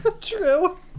true